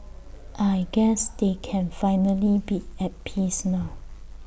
I guess they can finally be at peace now